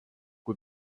kui